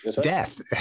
death